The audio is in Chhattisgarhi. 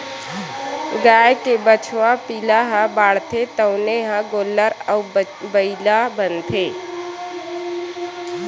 गाय के बछवा पिला ह बाढ़थे तउने ह गोल्लर अउ बइला बनथे